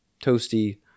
toasty